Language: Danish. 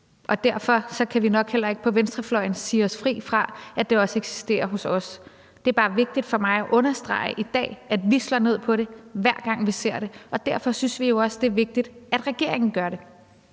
og derfor kan vi nok heller ikke på venstrefløjen sige os fri for, at det også eksisterer hos os. Det er bare vigtigt for mig at understrege i dag, at vi slår ned på det, hver gang vi ser det, og derfor synes vi jo også, det er vigtigt, at regeringen gør det.